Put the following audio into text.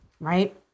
Right